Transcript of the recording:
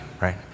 right